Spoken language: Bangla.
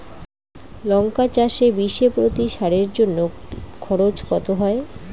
লঙ্কা চাষে বিষে প্রতি সারের জন্য খরচ কত হয়?